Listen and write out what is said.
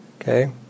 Okay